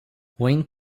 wayne